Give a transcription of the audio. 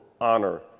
honor